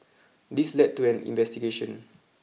this led to an investigation